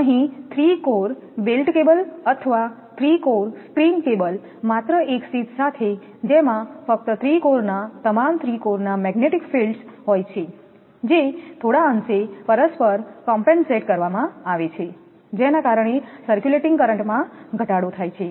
અહીં 3 core belted cable અથવા 3 core screen cable માત્ર એક શીથ સાથે જેમાં ફક્ત 3 કોરના તમામ 3 કોરના મેગ્નેટિક ફીલ્ડ્સ હોય છે જે થોડા અંશે પરસ્પર કોમપેનસેટ કરવામાં આવે છે જેના કારણે સર્ક્યુલેટિંગ કરંટ માં ઘટાડો થાય છે